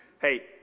Hey